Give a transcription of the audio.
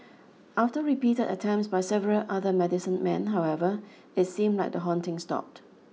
after repeated attempts by several other medicine men however it seemed like the haunting stopped